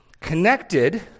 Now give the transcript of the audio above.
connected